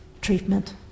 treatment